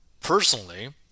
Personally